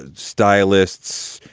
ah stylists,